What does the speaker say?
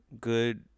good